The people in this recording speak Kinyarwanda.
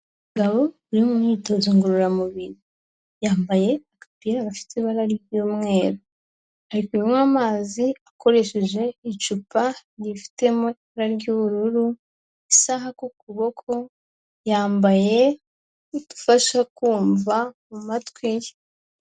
Umugabo uri mu myitozo ngororamubiri, yambaye agapira gafite ibara ry'umweru, ari kunywa amazi akoresheje icupa ryifitemo ibara ry'ubururu, isaha ku kuboko, yambaye udufasha kumva mu matwi ye.